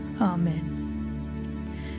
Amen